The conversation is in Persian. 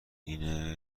اینه